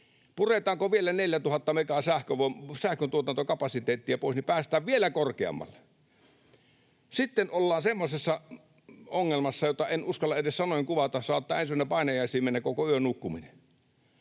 Puretaanko vielä 4 000 megaa sähköntuotantokapasiteettia pois, niin että päästään vielä korkeammalle? Sitten ollaan semmoisessa ongelmassa, jota en uskalla edes sanoin kuvata, saattaa ensi yönä painajaisiin mennä koko yön nukkuminen.